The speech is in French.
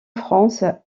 france